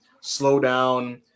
slow-down